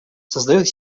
создают